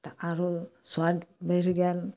तऽ आरो स्वाद बैढ़ि गेल